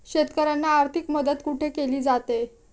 शेतकऱ्यांना आर्थिक मदत कुठे केली जाते?